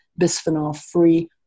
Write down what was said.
bisphenol-free